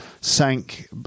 sank